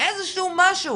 איזשהו משהו